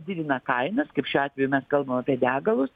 didina kainas kaip šiuo atveju mes kalbame apie degalus